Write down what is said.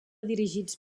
dirigits